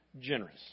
generous